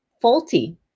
faulty